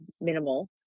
minimal